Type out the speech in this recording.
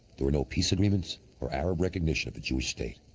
there were no peace agreements or arab recognition of a jewish state.